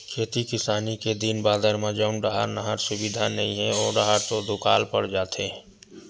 खेती किसानी के दिन बादर म जउन डाहर नहर सुबिधा नइ हे ओ डाहर तो दुकाल पड़ जाथे